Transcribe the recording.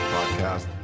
Podcast